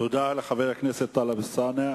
תודה לחבר הכנסת טלב אלסאנע.